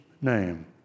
name